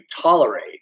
tolerate